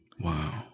Wow